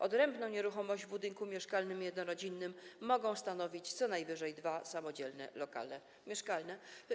Odrębną nieruchomość w budynku mieszkalnym jednorodzinnym mogą stanowić co najwyżej dwa samodzielne lokale mieszkalne”